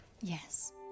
Yes